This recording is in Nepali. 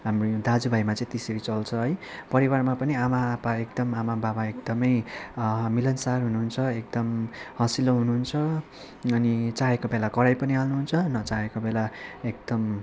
हाम्रो दाजु भाइमा चाहिँ त्यसरी चल्छ है परिवारमा पनि आमा आपा एकदम आमा बाबा एकदमै मिलनसार हुनुहुन्छ एकदम हँसिलो हुनुहुन्छ अनि चाहेको बेला कराई पनि हाल्नुहुन्छ नचाहेको बेला एकदम